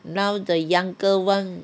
now the younger [one]